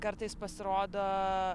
kartais pasirodo